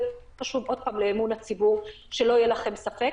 זה חשוב לאמון הציבור ושלא יהיה לכם ספק.